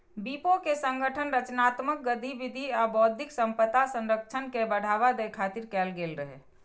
विपो के गठन रचनात्मक गतिविधि आ बौद्धिक संपदा संरक्षण के बढ़ावा दै खातिर कैल गेल रहै